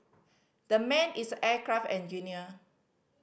the man is aircraft engineer